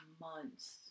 months